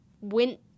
went